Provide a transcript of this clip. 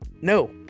no